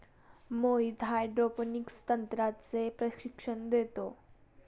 Mohit hydroponics तंत्राचे प्रशिक्षण देतो